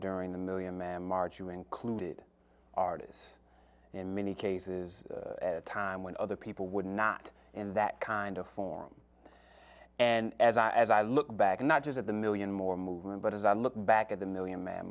during the million man march you included artists in many cases a time when other people would not in that kind of forum and as i look back not just at the million more movement but as i look back at the million man